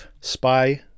spy